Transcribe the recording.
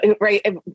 right